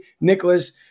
Nicholas –